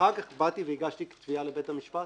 אחר כך הגשתי תביעה לבית המשפט